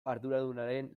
arduradunaren